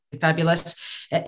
fabulous